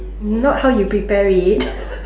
not how you prepare it